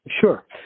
Sure